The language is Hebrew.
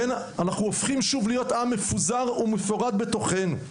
אנחנו הופכים שוב להיות עם מפוזר ומפורד בתוכנו.